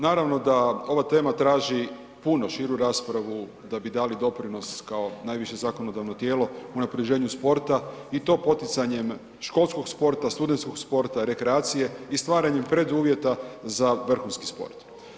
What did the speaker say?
Naravno da ova tema traži puno širu raspravu da bi dali doprinos kao najviše zakonodavno tijelo unapređenju sporta i to poticanjem školskog sporta, studentskog sporta, rekreacije i stvaranjem preduvjeta za vrhunski sport.